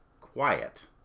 quiet